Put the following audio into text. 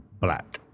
black